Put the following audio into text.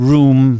Room